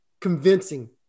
convincing